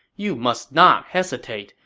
you must not hesitate,